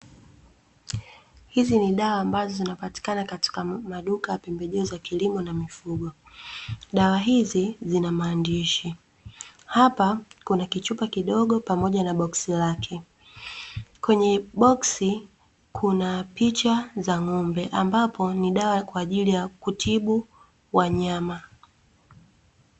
Hizi ni dawa ambazo zinapatikana katika maduka ya pembejeo za kilimo na mifugo, dawa hizi zina maandishi. Hapa kuna kichupa kidogo pamoja na boksi lake. Kwenye boksi kuna picha za ng'ombe ambapo ni dawa kwa ajili ya kutibu wanyama.